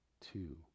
two